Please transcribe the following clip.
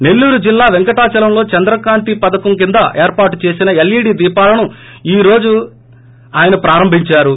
నెల్లూరు జిల్లా పెంకటాచలంలో చంద్రకాంతి పధకం కింద ఏర్పాటు చేసిన ఎల్ ఈ డీ దీపాలను ఈ రోజు ఆయన ప్రారంబించారు